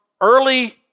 early